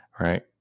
right